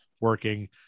working